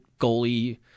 goalie